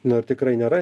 nu tikrai nėra